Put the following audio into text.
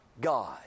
God